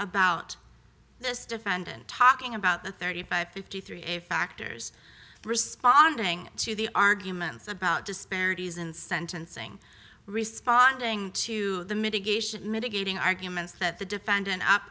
about this defendant talking about the thirty by fifty three a factors responding to the arguments about disparities in sentencing responding to the mitigation mitigating arguments that the defendant up